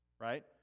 right